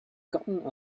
gotten